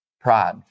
Pride